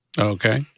Okay